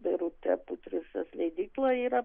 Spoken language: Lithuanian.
birutė putriusas leidykla yra